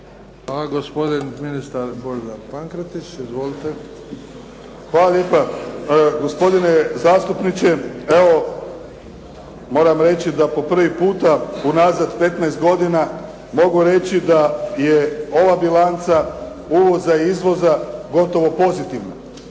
Hvala. Gospodin ministar Božidar Pankretić. Izvolite. **Pankretić, Božidar (HSS)** Hvala lijepa. Gospodine zastupniče evo moram reći da po prvi puta unazad 15 godina mogu reći da je ova bilanca uvoza i izvoza gotovo pozitivna.